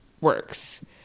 works